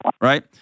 Right